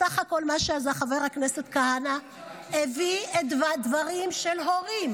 בסך הכול מה שעשה חבר הכנסת כהנא זה להביא דברים של הורים